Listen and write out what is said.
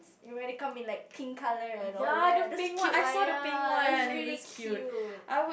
and when it come in like pink colour and all that just cute one ya that's really cute